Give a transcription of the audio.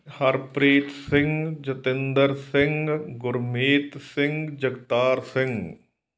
Harpreet Singh Jatinder Singh Gurmeet Singh Jagtar Singh